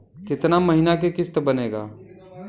कितना महीना के किस्त बनेगा?